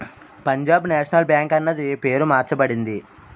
Punjab national bank అన్నది పేరు మార్చబడింది